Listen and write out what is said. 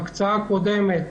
הקצאה קודמת